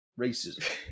Racism